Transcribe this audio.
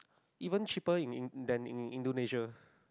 even cheaper in than in Indonesia